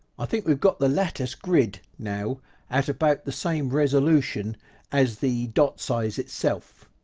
i think we've got the lettuce grid now at about the same resolution as the dot size itself